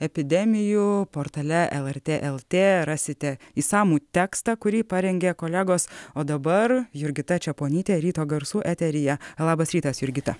epidemijų portale lrt lt rasite išsamų tekstą kurį parengė kolegos o dabar jurgita čeponytė ryto garsų eteryje labas rytas jurgita